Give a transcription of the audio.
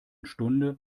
stunde